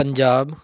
Punjab